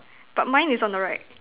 but mine is on the right